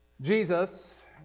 Jesus